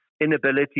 inability